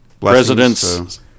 presidents